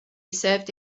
served